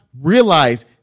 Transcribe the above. Realize